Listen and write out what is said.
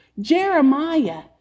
Jeremiah